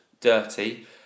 Dirty